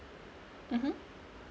mmhmm